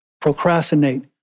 procrastinate